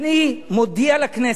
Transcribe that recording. אני מודיע לכנסת: